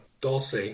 Dulce